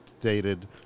dated